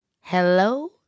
hello